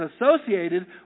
associated